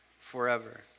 forever